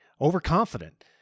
overconfident